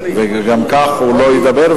וגם כך הוא לא ידבר,